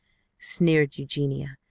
sneered eugenia,